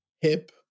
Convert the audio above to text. hip